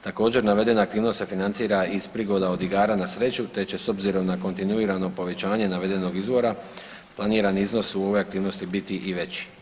Također, navedena aktivnost se financira iz prigoda od igara na sreću te će s obzirom na kontinuirano povećanje navedenog izvora planirani iznos u ovoj aktivnosti biti i veći.